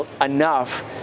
enough